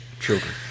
Children